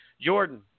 jordan